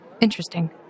Interesting